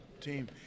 team